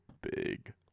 big